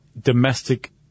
domestic